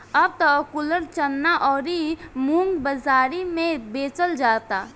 अब त अकुरल चना अउरी मुंग बाजारी में बेचल जाता